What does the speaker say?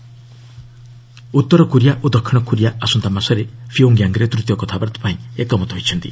Korea talks ଉତ୍ତର Korea ଓ ଦକ୍ଷିଣ କୋରିଆ ଆସନ୍ତା ମାସରେ ପିଓଙ୍ଗ୍ୟାଙ୍ଗ୍ରେ ତୂତୀୟ କଥାବାର୍ତ୍ତା ପାଇଁ ଏକମତ ହୋଇଛନ୍ତି